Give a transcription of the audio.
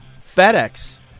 FedEx